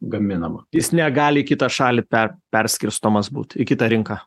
gaminama jis negali kitą šalį per perskirstomas būt į kitą rinką